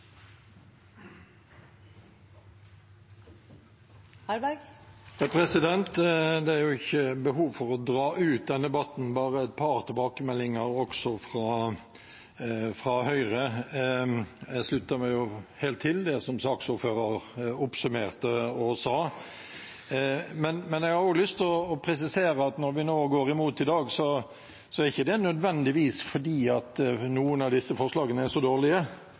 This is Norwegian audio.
Det er ikke behov for å dra ut denne debatten – bare et par tilbakemeldinger også fra Høyre. Jeg slutter meg helt til det som saksordføreren oppsummerte og sa. Men jeg har lyst til å presisere at når vi går imot i dag, er det ikke nødvendigvis fordi noen av disse forslagene er så dårlige.